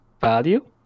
value